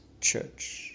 church